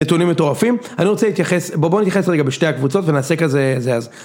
נתונים מטורפים, אני רוצה להתייחס, בוא בוא נתייחס רגע בשתי הקבוצות ונעשה כזה, זה אז.